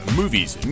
movies